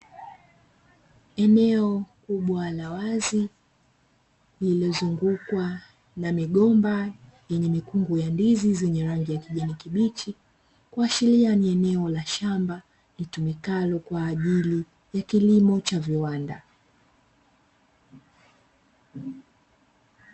Eneo kubwa la wazi lililozungukwa na migomba yenye mikungu ya ndizi zenye rangi ya kijani kibichi, kuashiria ni eneo la shamba litumikalo kwa ajili ya kilimo cha viwanda.